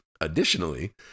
Additionally